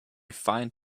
find